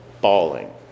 bawling